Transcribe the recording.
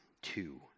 two